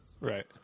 Right